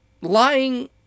lying